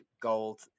gold